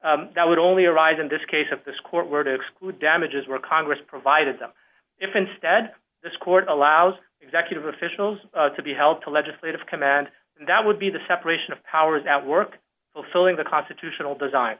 honor that would only arise in this case of this court were to exclude damages where congress provided them if instead this court allows executive officials to be held to legislative command that would be the separation of powers at work fulfilling the constitutional design